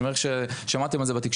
אני מניח ששמעתם על זה בתקשורת,